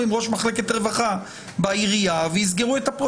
עם ראש מחלקת רווחה בעירייה ויסגרו את הפרויקט.